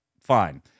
Fine